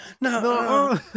No